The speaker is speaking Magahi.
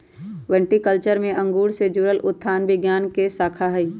विटीकल्चर में अंगूर से जुड़ल उद्यान विज्ञान के शाखा हई